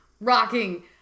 rocking